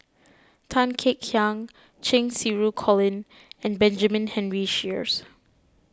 Tan Kek Hiang Cheng Xinru Colin and Benjamin Henry Sheares